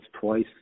twice